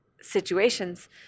situations